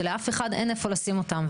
שלאף אחד אין איפה לשים אותם.